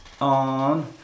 on